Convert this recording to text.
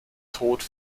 tode